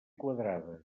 quadrada